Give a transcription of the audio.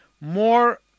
more